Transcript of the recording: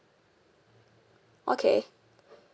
okay